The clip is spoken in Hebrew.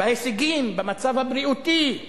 בהישגים, במצב הבריאותי.